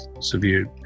severe